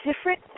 different